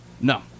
No